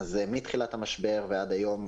עשו אותו במוסקבה ועשו אותו בעמאן,